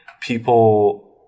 people